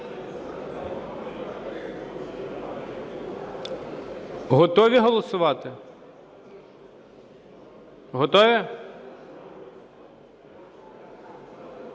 Готові голосувати? Готові?